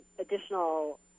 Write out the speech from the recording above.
additional